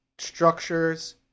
structures